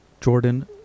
Jordan